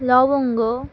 লবঙ্গ